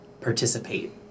participate